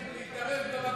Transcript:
לכן היית צריך להתערב במקום.